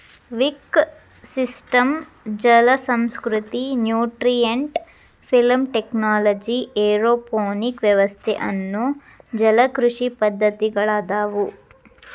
wick system ಜಲಸಂಸ್ಕೃತಿ, nutrient film technology, aeroponic ವ್ಯವಸ್ಥೆ ಅನ್ನೋ ಜಲಕೃಷಿ ಪದ್ದತಿಗಳದಾವು